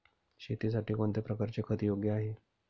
शेतीसाठी कोणत्या प्रकारचे खत योग्य आहे?